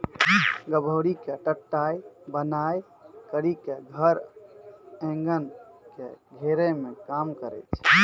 गभोरी के टटया बनाय करी के धर एगन के घेरै मे काम करै छै